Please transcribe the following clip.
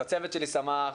הצוות שלי שמח,